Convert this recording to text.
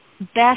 best